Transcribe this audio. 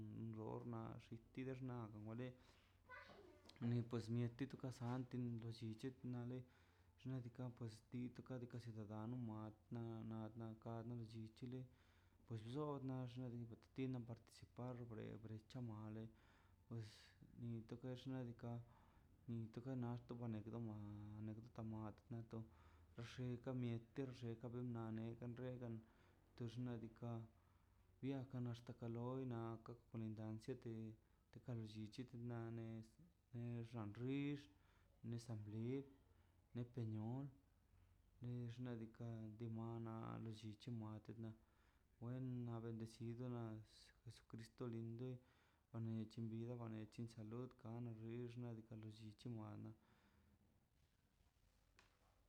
Ronal pierx nan wale ni pues ni tu kasanti loi lliche nale xnaꞌ diika' pues di toka ciudadano mat na na kar llichichili pues bllona di tina participar por bebra chamale pues nito xnaꞌ diikaꞌ unte kanoxte promale eka mieti xeja miega to xnaꞌ diikaꞌ biakan to xnaꞌ kalor na kak kolindancia te ka lollichi na nez xa rix neza blix neto niox ne xnaꞌ diikaꞌ timon le lli chimualte na wen na bendecido nas jesucristo lindo wane to xnaꞌ diikaꞌ lo llichi ana